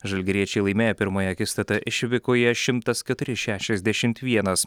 žalgiriečiai laimėjo pirmąją akistatą išvykoje šimtas keturi šešiasdešimt vienas